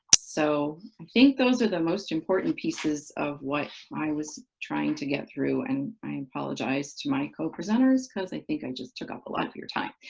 so i think those are the most important pieces of what i was trying to get through, and i apologize to my co-presenters because i think i just took up a lot of your time.